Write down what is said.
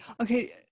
okay